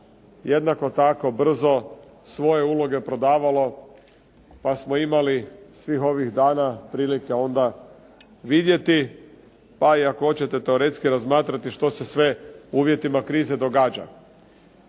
jednako tako brzo svoje uloge prodavalo pa smo imali svih ovih dana prilike onda vidjeti, pa i ako hoćete teoretski razmatrati što se sve u uvjetima krize događa.